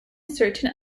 certain